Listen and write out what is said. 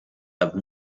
have